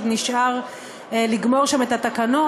עוד נשאר לגמור שם את התקנות.